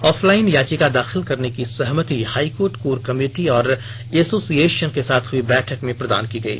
offline याचिका दाखिल करने की सहमति हाईकोर्ट कोर कमेटी और एसोसिएशन के साथ हुई बैठक में प्रदान की गई